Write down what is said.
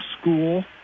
School